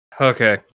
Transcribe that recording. Okay